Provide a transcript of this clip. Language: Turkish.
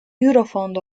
eurofond